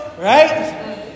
right